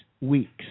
weeks